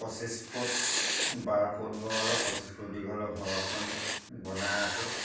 পঁচিছ ফুট বাৰ ফুট বহল আৰু পঁচিছ ফুট দীঘলৰ ঘৰ এখন বনাই আছোঁ